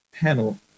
panel